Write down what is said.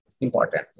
important